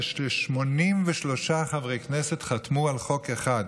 זה ש-83 חברי כנסת חתמו על חוק אחד.